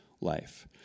life